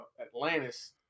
Atlantis